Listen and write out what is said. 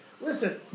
listen